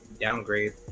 downgrade